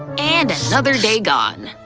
and another day gone!